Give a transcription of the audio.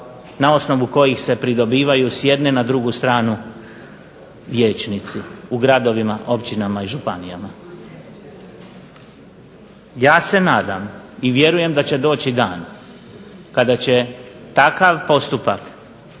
na osnovu kojih se pridobivaju s jedne na drugu stranu vijećnici u gradovima, općinama i županijama. Ja se nadam i vjerujem da će doći dan kada će takav postupak